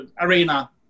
arena